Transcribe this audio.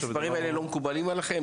המספרים האלה לא מקובלים עליכם,